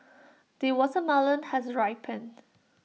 the watermelon has ripened